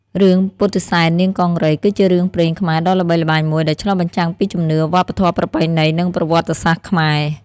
រឿង ពុទ្ធិសែននាងកង្រី គឺជារឿងព្រេងខ្មែរដ៏ល្បីល្បាញមួយ ដែលឆ្លុះបញ្ចាំងពីជំនឿ វប្បធម៌ប្រពៃណី និងប្រវត្តិសាស្ត្រខ្មែរ។